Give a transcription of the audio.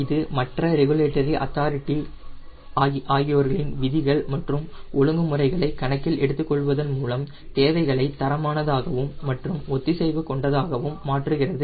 இது மற்ற ரெகுலேட்டரி அத்தாரிட்டிகளின் விதிகள் மற்றும் ஒழுங்குமுறைகளை கணக்கில் எடுத்துக்கொள்வதன் மூலம் தேவைகளை தரமானதாகவும் மற்றும் ஒத்திசைவு கொண்டதாகவும் மாற்றுகிறது